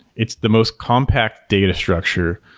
it's the most compact data structure,